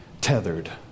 tethered